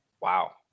Wow